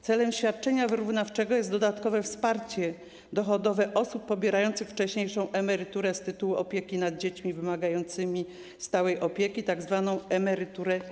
Celem świadczenia wyrównawczego jest dodatkowe wsparcie dochodowe osób pobierających wcześniejszą emeryturę z tytułu opieki nad dziećmi wymagającymi stałej opieki, tzw. emeryturę